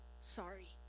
sorry